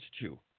two